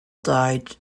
died